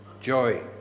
Joy